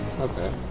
Okay